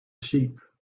sheep